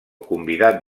convidat